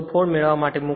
04 મેળવવા માટે મૂકો